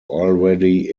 already